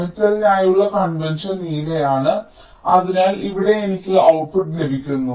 മെറ്റലിനായുള്ള convention നീലയാണ് അതിനാൽ ഇവിടെ എനിക്ക് ഔട്ട്പുട്ട് ലഭിക്കുന്നു